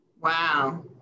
wow